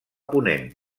ponent